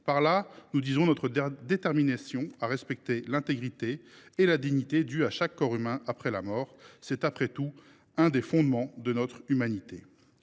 Par là, nous disons notre détermination à respecter l’intégrité et la dignité due à chaque corps humain après la mort. C’est après tout un des fondements de notre humanité.